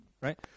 Right